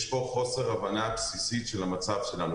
יש פה חוסר הבנה בסיסי של המצב שלנו.